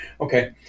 Okay